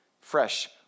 fresh